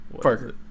Parker